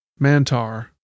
Mantar